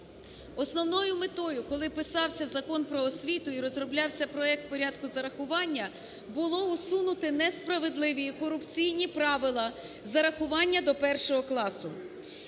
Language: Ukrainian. Основною метою, коли писався Закон "Про освіту" і розроблявся проект порядку зарахування, було усунути несправедливі і корупційні правила зарахування до 1-го класу.